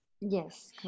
Yes